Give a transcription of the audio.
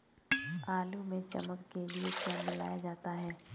आलू में चमक के लिए क्या मिलाया जाता है?